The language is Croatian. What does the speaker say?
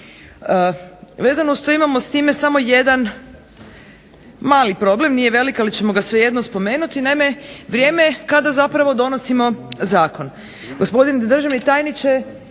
Vezano uz to imamo s time samo jedan mali problem, nije velik ali ćemo ga svejedno spomenuti, naime vrijeme kada zapravo donosimo zakon.